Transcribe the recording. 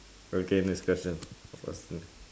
okay next question